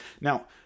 Now